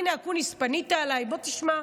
הינה, אקוניס, פנית אליי, בוא תשמע.